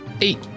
Eight